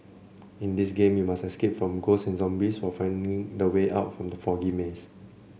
in this game you must escape from ghosts and zombies while finding the way out from the foggy maze